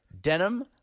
denim